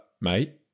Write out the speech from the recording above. mate